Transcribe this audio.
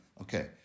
Okay